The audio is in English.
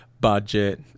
budget